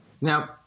Now